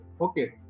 Okay